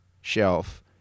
shelf